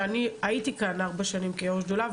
שאני הייתי כאן ארבע שנים כיו"ר שדולה,